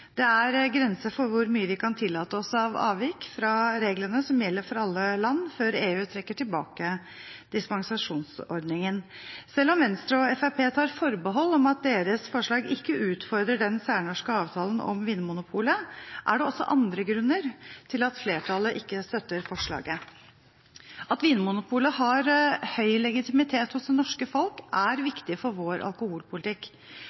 Det er grenser for hvor mye vi kan tillate oss av avvik fra reglene som gjelder for alle land, før EU trekker tilbake dispensasjonsordningen. Selv om Venstre og Fremskrittspartiet tar forbehold om at deres forslag ikke utfordrer den særnorske avtalen om Vinmonopolet, er det også andre grunner til at flertallet ikke støtter forslaget. At Vinmonopolet har høy legitimitet hos det norske folk, er